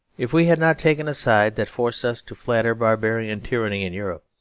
if we had not taken a side that forced us to flatter barbarian tyranny in europe.